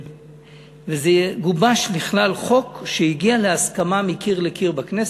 זה גובש לכלל חוק שהגיעו בו להסכמה מקיר לקיר בכנסת.